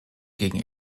gegen